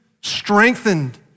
strengthened